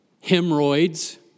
hemorrhoids